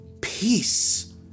peace